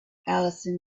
alison